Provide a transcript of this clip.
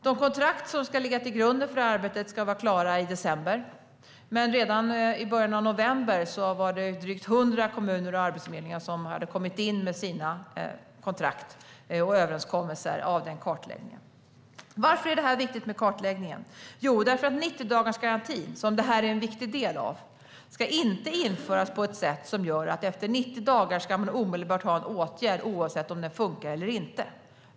De kontrakt som ska ligga till grund för arbetet kommer att vara klara i december, men redan i början av november hade drygt hundra kommuner och Arbetsförmedlingen kommit in med sina kontrakt och överenskommelser vad gäller kartläggningen. Varför är kartläggningen viktig? Jo, därför att 90-dagarsgarantin, som den är en viktig del av, inte ska införas på ett sådant sätt att man omedelbart efter 90 dagar ska ha en åtgärd, oavsett om den fungerar eller inte.